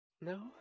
No